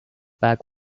back